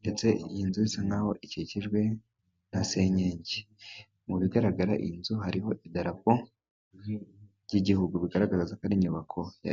ndetse iyi nzu isa nk'aho ikikijwe na senyenge mu bigaragara iyi nzu hariho idarapo ry'igihugu rigaragaza ko ari inyubako ya leta.